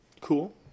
Cool